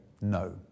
no